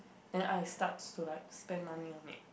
then I start to like spend money on it